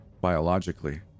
biologically